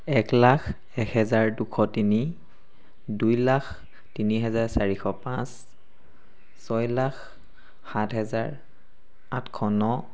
এক লাখ এহেজাৰ দুশ তিনি দুই লাখ তিনি হাজাৰ চাৰিশ পাঁচ ছয় লাখ সাত হেজাৰ আঠশ ন